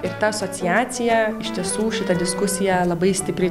ir ta asociacija iš tiesų šita diskusija labai stipriai